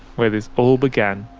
where this all began.